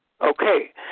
Okay